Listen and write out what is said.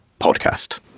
Podcast